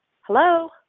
hello